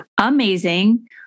amazing